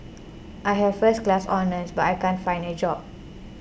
I have first class honours but I can't find a job